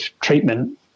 treatment